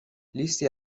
لیستی